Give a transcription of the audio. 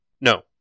No